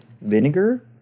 vinegar